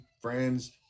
friends